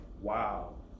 Wow